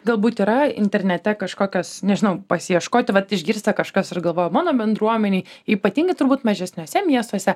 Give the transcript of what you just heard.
galbūt yra internete kažkokios nežinau pasiieškoti vat išgirsta kažkas ir galvoja mano bendruomenei ypatingai turbūt mažesniuose miestuose